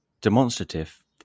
demonstrative